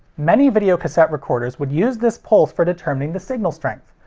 many videocassette recorders would use this pulse for determining the signal strength.